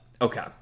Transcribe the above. Okay